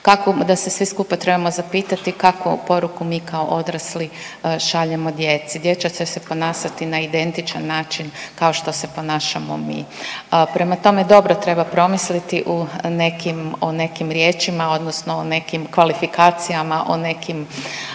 da se svi skupa trebamo zapitati kakvu poruku mi kao odrasli šaljemo djeci. Djeca će se ponašati na identičan način kao što se ponašamo mi. Prema tome, dobro treba promisliti u nekim, o nekim riječima odnosno o nekim kvalifikacijama, o nekim